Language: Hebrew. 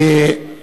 אני